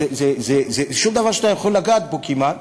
זה שום דבר שאתה יכול לגעת בו כמעט,